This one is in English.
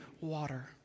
water